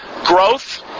growth